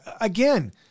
again